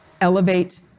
elevate